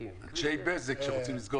בו.